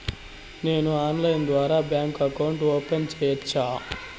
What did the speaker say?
నేను ఆన్లైన్ ద్వారా bank account open సేయొచ్చా?